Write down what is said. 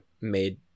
made